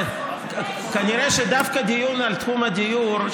כנראה שדווקא דיון בתחום הדיור,